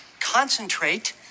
concentrate